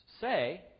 say